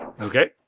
Okay